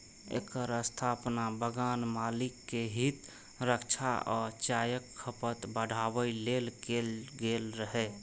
एकर स्थापना बगान मालिक के हित रक्षा आ चायक खपत बढ़ाबै लेल कैल गेल रहै